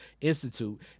Institute